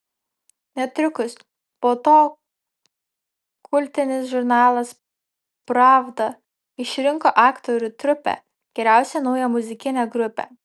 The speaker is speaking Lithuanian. netrukus po to kultinis žurnalas pravda išrinko aktorių trupę geriausia nauja muzikine grupe